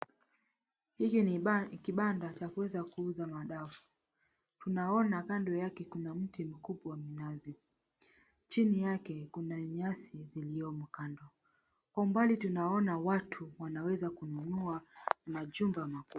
Hiki ni kibanda cha kuweza kuuza madafu, tunaona kando yake kuna mti mkubwa wa mnazi chini yake kuna nyasi iliyomo kwa kando, kwa umbali tunaona watu wanaweza kununua majumba makubwa.